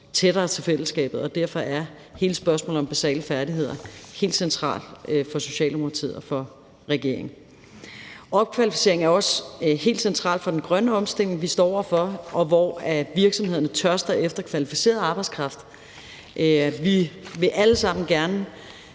tættere til fællesskabet. Derfor er hele spørgsmålet om basale færdigheder helt centralt for Socialdemokratiet og for regeringen. Opkvalificering er også helt centralt for den grønne omstilling, vi står over for, hvor virksomhederne tørster efter kvalificeret arbejdskraft. Vi vil alle sammen gerne